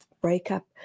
breakup